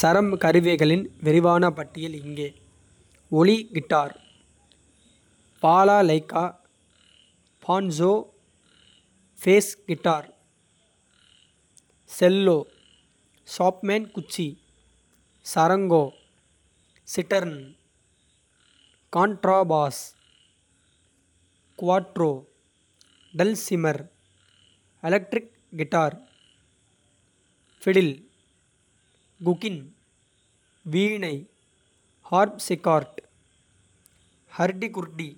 சரம் கருவிகளின் விரிவான பட்டியல் இங்கே ஒலி guitar. Banjo bass guitar cello. Chapman குச்சி charango cittern contrabass. Cuatro dulcimer electric guitar. Fiddle guqin veena harpsichord. Hurdy gurdy